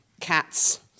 cats